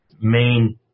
main